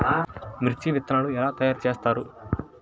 మిర్చి విత్తనాలు ఎలా తయారు చేస్తారు?